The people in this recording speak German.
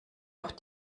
auch